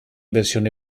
versione